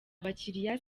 abakiriya